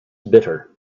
bitter